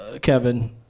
Kevin